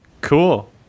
Cool